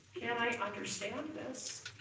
and i understand this